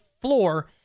floor